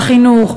בחינוך,